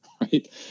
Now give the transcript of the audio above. right